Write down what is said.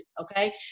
okay